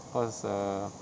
cause err